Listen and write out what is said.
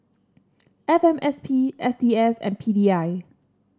F M S P S T S and P D I